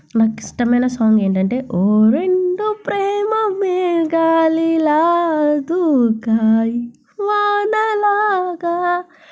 నాకు ఇష్టమైన సాంగ్ ఏంటంటే ఓ రెండు ప్రేమ మేఘాలు ఇలా దుకాయి వానలాగా